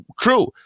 true